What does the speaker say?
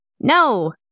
No